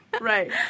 Right